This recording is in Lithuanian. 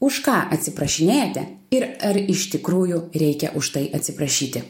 už ką atsiprašinėjate ir ar iš tikrųjų reikia už tai atsiprašyti